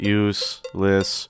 useless